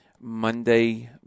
Monday